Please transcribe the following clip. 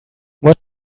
what